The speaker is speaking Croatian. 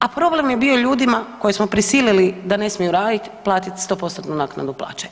A problem je bio ljudima koje smo prisilili da ne smiju radit platit 100% naknadu plaće.